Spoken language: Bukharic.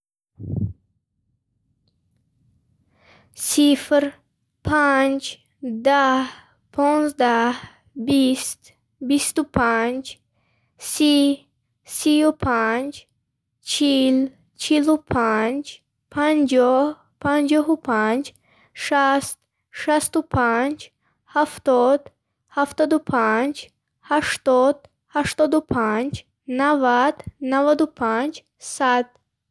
Сифр, панҷ, даҳ, понздаҳ, бист, бисту панҷ, си, сию панҷ, чил, чилу панҷ, панҷоҳ, панҷоҳу панҷ, шаст, шасту панҷ, ҳафтод, ҳафтоду панҷ, ҳаштод, ҳаштоду панҷ, навад, наваду панҷ, сад.